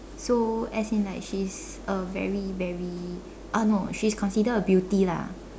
so as in like she's a very very uh no she's considered a beauty lah